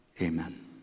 Amen